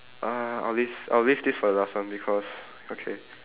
uh I'll leave I'll leave this for the last one because okay